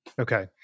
Okay